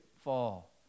fall